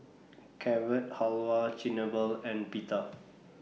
Carrot Halwa Chigenabe and Pita